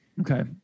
okay